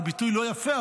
זה ביטוי לא יפה,